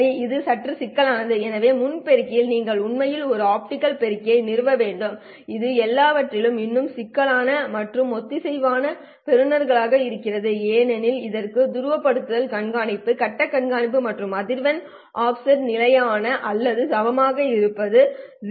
சரி இது சற்று சிக்கலானது எனவே முன் பெருக்கிகள் நீங்கள் உண்மையில் ஒரு ஆப்டிகல் பெருக்கியை நிறுவ வேண்டும் இது எல்லாவற்றிலும் இன்னும் சிக்கலான மற்றும் ஒத்திசைவான பெறுநர்களாக இருக்கிறது ஏனெனில் இதற்கு துருவப்படுத்தல் கண்காணிப்பு கட்ட கண்காணிப்பு மற்றும் அதிர்வெண் ஆஃப்செட் நிலையான அல்லது சமமாக இருப்பது 0